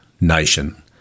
nation